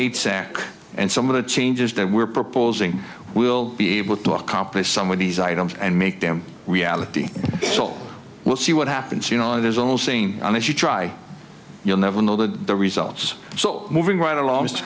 eight sec and some of the changes that we're proposing we will be able to accomplish some of these items and make them reality so we'll see what happens you know there's only seeing and if you try you'll never know the results so moving right along he